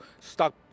stuck